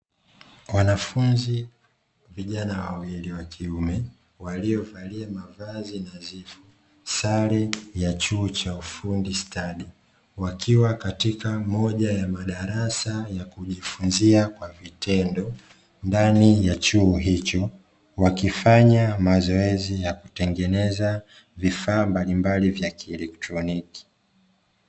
Wanafunzi vijana wawili wakiume, waliovalia mavazi nadhifu, sare ya chuo cha ufundi stadi, wakiwa katika moja ya madarasa ya kujifunzia kwa vitendo, ndani ya chuo hicho, wakifanya mazoezi ya kutengeneza vifaa mbalimbali vya kielektroniki.